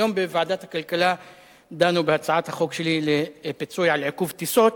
היום בוועדת הכלכלה דנו בהצעת החוק שלי לפיצוי על עיכוב טיסות,